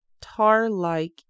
tar-like